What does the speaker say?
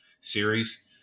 series